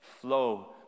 flow